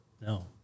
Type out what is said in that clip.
no